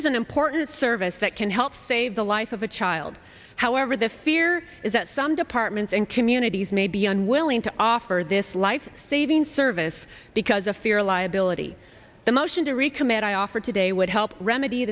is an important service that can help save the life of a child however the fear is that some departments and communities may be unwilling to offer this lifesaving service because of fear liability the motion to recommit i offer today would help remedy